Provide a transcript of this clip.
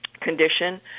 condition